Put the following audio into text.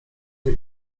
nie